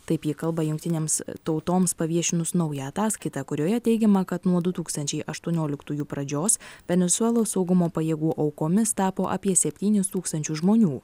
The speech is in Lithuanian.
taip ji kalba jungtinėms tautoms paviešinus naują ataskaitą kurioje teigiama kad nuo du tūkstančiai aštuonioliktųjų pradžios venesuelos saugumo pajėgų aukomis tapo apie septynis tūkstančius žmonių